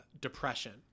depression